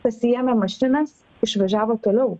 pasiėmę mašinas išvažiavo toliau